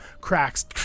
cracks